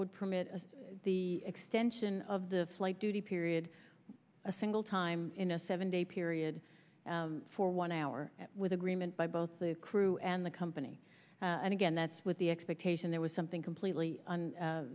would permit the extension of the flight duty period a single time in a seven day period for one hour with agreement by both the crew and the company and again that's with the expectation there was something completely